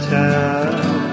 town